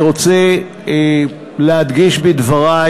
אני רוצה להדגיש בדברי